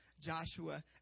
Joshua